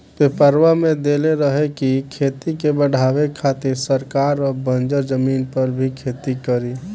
पेपरवा में देले रहे की खेती के बढ़ावे खातिर सरकार अब बंजर जमीन पर भी खेती करी